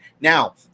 Now